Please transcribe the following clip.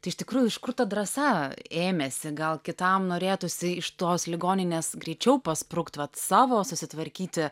tai iš tikrųjų iš kur ta drąsa ėmėsi gal kitam norėtųsi iš tos ligoninės greičiau pasprukt vat savo susitvarkyti